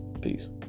Peace